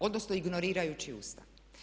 Odnosno ignorirajući Ustav.